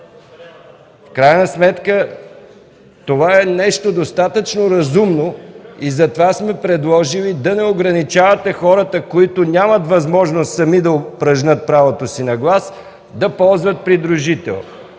документ. Това е достатъчно разумно и затова сме предложили да не ограничавате хората, които нямат възможност сами да упражнят правото си на глас, да ползват придружител.